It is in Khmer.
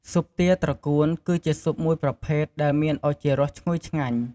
ស៊ុបទាត្រកួនគឺជាស៊ុបមួយប្រភេទដែលមានឱជារសឈ្ងុយឆ្ងាញ់។